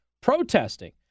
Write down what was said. protesting